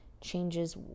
changes